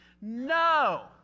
No